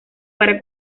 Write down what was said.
para